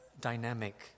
dynamic